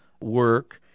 work